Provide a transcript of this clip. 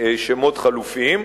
שמות חלופיים,